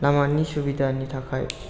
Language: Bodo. लामानि सुबिदानि थाखाय